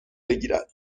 بگیرد